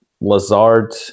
Lazard